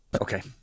Okay